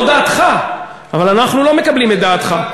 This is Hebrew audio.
זו דעתך, אבל אנחנו לא מקבלים את דעתך.